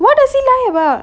what does he lie about